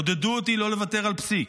עודדו אותי לא לוותר על פסיק,